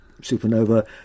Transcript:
supernova